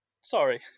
Sorry